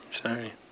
sorry